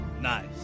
nice